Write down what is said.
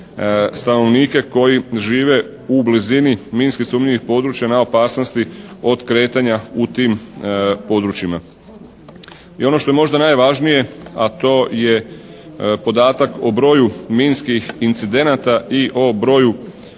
stanovnike koji žive u blizini minski sumnjivih područja na opasnosti od kretanja u tim područjima. I ono što je možda najvažnije, a to je podatak o broju minskih incidenata i o broju